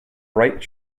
bright